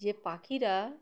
যে পাখিরা